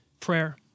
prayer